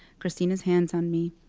christina's hands on me.